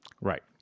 Right